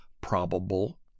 probable